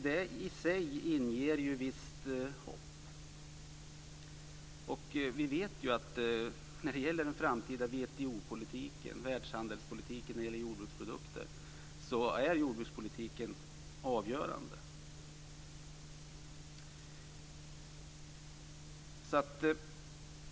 Det i sig inger ju visst hopp. Vi vet ju, när det gäller den framtida WTO-politiken och världshandelspolitiken i fråga om jordbruksprodukter, att jordbrukspolitiken är avgörande.